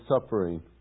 suffering